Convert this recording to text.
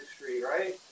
right